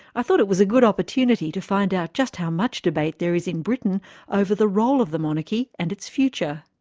i thought it was a good opportunity to find out just how much debate there is in britain over the role of the monarchy and its future.